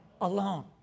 alone